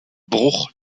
bruch